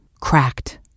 Cracked